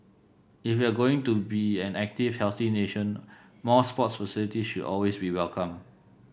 if we're going to be an active healthy nation more sports facilities should always be welcome